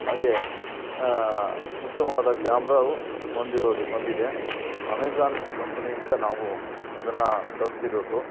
ಹಾಗೇ ಉತ್ತಮವಾದ ಕ್ಯಾಮ್ರಾವೂ ಹೊಂದಿರೊದ್ ಹೊಂದಿದೆ ಅಮೆಝಾನ್ ಕಂಪನಿಯಿಂದ ನಾವು ಅದನ್ನು ತರಿಸಿರೋದು